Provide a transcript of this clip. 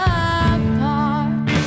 apart